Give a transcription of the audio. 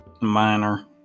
Minor